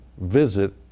visit